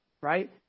right